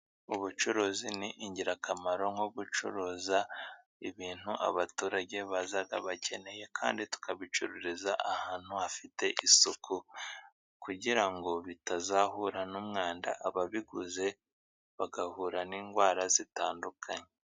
Ubucuruzi ni ingirakamaro, nko gucuruza ibintu abaturage baza bakeneye, kandi tukabicururiza ahantu hafite isuku, kugira ngo bitazahura n'umwanda, ababiguze bagahura n'indwara zitandukanye.